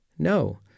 No